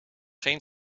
geen